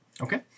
Okay